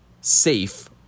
safe